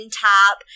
top